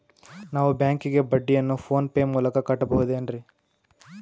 ನಾವು ಬ್ಯಾಂಕಿಗೆ ಬಡ್ಡಿಯನ್ನು ಫೋನ್ ಪೇ ಮೂಲಕ ಕಟ್ಟಬಹುದೇನ್ರಿ?